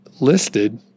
listed